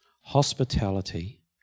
Hospitality